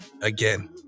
Again